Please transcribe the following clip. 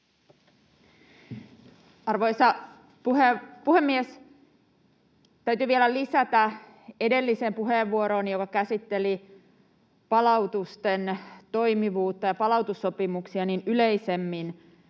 Arvoisa puhemies! Täytyy vielä lisätä edelliseen puheenvuorooni, joka käsitteli palautusten toimivuutta ja palautussopimuksia, yleisemmin